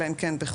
אלא אם כן בחוזה,